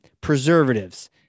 preservatives